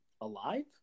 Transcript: Alive